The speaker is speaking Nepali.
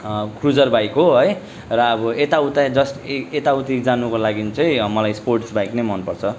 क्रुजर बाइक हो है र अब यताउता जस्ट यताउति जानको लागि चाहिँ मलाई स्पोर्ट्स बाइक नै मन पर्छ